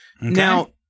Now